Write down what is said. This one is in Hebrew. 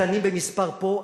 קטנים במספר פה,